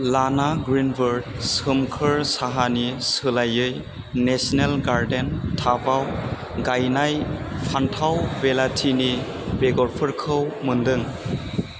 लाना ग्रिनबार्ड सोमखोर साहानि सोलायै नेसनेल गारडेन्स थाबाव गायनाय फान्थाव बिलाथिनि बेगरफोरखौ मोनदों